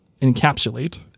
encapsulate